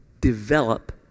develop